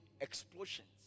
Explosions